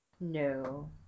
No